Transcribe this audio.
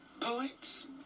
poets